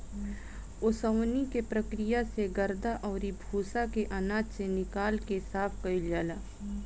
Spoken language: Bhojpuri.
ओसवनी के प्रक्रिया से गर्दा अउरी भूसा के आनाज से निकाल के साफ कईल जाला